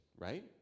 right